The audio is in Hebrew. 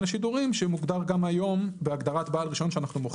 לשידורים" שמוגדר גם היום בהגדרת "בעל רישיון" שאנחנו מוחקים.